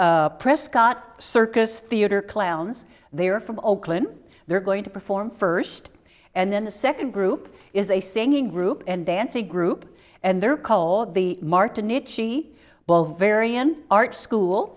the prescott circus theater clowns they are from oakland they're going to perform first and then the second group is a singing group and dance a group and they're called the martin itchy ball varian art school